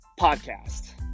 Podcast